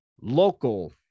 local